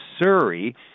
Surrey